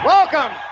Welcome